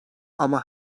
ama